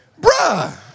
bruh